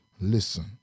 Listen